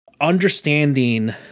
understanding